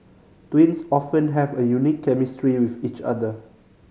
twins often have a unique chemistry with each other